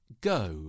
go